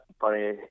funny